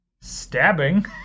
stabbing